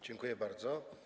Dziękuję bardzo.